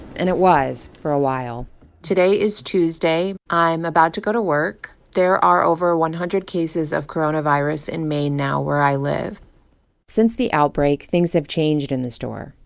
and it was for a while today is tuesday. i'm about to go to work. there are over one hundred cases of coronavirus in maine now, where i live since the outbreak, things have changed in the store.